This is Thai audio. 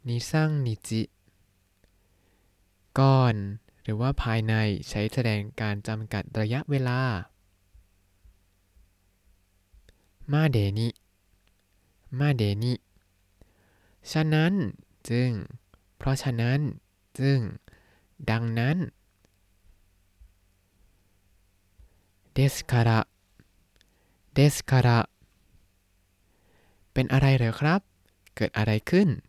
นิสังนิจิ ก่อนหรือว่าภายใน ใช้แสดงการจำกัดระยะเวลา มาเดนิ มาเดนิ ฉะนั้นจึง เพราะฉะนั้นจึง ดังนั้น เดสคาระ เดสคาระ เป็นอะไรเหรอครับ? เกิดอะไรขึ้น?